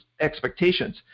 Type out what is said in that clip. expectations